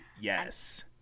yes